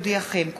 להודיעכם,